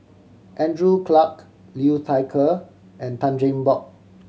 Andrew Clarke Liu Thai Ker and Tan Cheng Bock